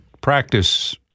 practice